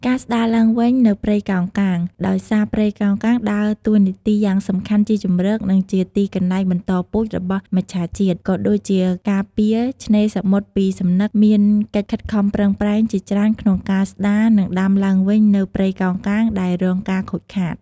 ការស្ដារឡើងវិញនូវព្រៃកោងកាង ដោយសារព្រៃកោងកាងដើរតួនាទីយ៉ាងសំខាន់ជាជម្រក និងជាទីកន្លែងបន្តពូជរបស់មច្ឆាជាតិ ក៏ដូចជាការពារឆ្នេរសមុទ្រពីសំណឹក មានកិច្ចខិតខំប្រឹងប្រែងជាច្រើនក្នុងការស្ដារ និងដាំឡើងវិញនូវព្រៃកោងកាងដែលរងការខូចខាត។